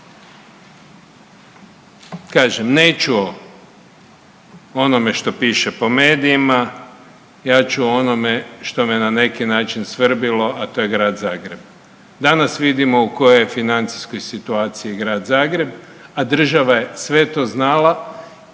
Kažem, neću o onome što piše po medijima, ja ću o onome što me na neki način svrbjelo, a to je Grad Zagreb. Danas vidimo u kojoj je financijskoj situaciji Grad Zagreb, a država je sve to znala